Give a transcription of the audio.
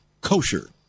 kosher